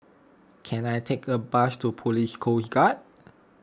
can I take a bus to Police Coast Guard